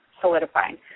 solidifying